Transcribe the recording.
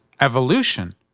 evolution